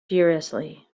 furiously